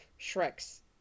Shrek's